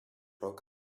rock